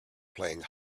playing